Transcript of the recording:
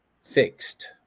fixed